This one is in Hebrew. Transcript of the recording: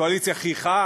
הקואליציה חייכה.